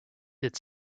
its